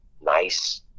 nice